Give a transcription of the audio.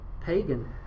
pagan